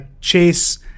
Chase